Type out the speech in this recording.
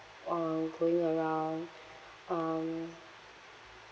uh going around um